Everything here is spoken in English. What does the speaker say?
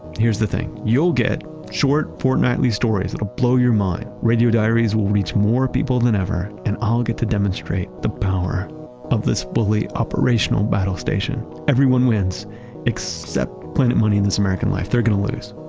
here's the thing, you'll get short, fortnightly stories that'll blow your mind. radio diaries will reach more people than ever, and i'll get to demonstrate the power of this fully operational battle station. everyone wins except planet money and this american life. they're going to lose.